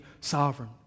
sovereign